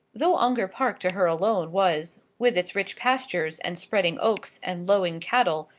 though ongar park to her alone was, with its rich pastures and spreading oaks and lowing cattle,